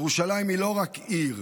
ירושלים היא לא רק עיר,